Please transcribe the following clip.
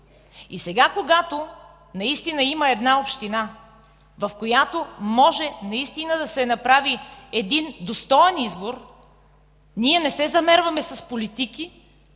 И сега, когато има една община, в която може да се направи достоен избор, ние не се замерваме с политики,